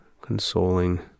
consoling